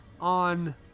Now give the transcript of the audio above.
on